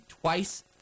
twice